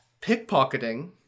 pickpocketing